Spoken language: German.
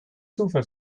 zufall